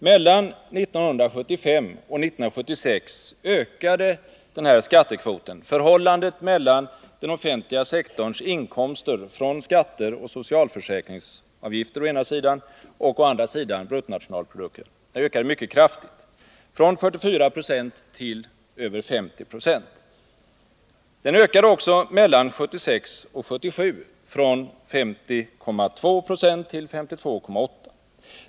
Mellan 1975 och 1976 ökade skattekvoten — förhållandet mellan den offentliga sektorns inkomster från skatter och socialförsäkringsavgifter å ena sidan och bruttonationalprodukten å andra sidan — mycket kraftigt, från 44 9; till över 50 70. Den ökade också mellan 1976 och 1977, från 50,2 Yo till 52,8 20.